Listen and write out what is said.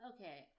Okay